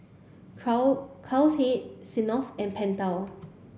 Smirnoff and Pentel